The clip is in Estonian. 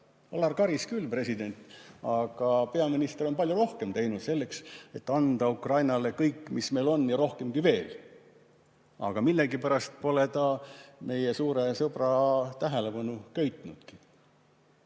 Alar Karis küll, president. Aga peaminister on palju rohkem teinud selleks, et anda Ukrainale kõik, mis meil on, ja rohkemgi veel. Aga millegipärast pole ta meie suure sõbra tähelepanu köitnud.